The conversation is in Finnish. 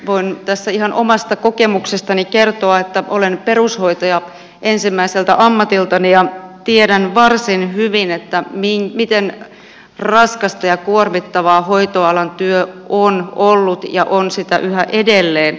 voin tässä ihan omasta kokemuksestani kertoa että olen perushoitaja ensimmäiseltä ammatiltani ja tiedän varsin hyvin miten raskasta ja kuormittavaa hoitoalan työ on ollut ja on yhä edelleen